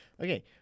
Okay